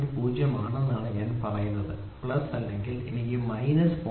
0 ആണ് ഞാൻ പറയുന്നത് പ്ലസ് അത്രയേയുള്ളൂ അല്ലെങ്കിൽ എനിക്ക് പ്ലസ് മൈനസ് 0